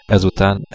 Ezután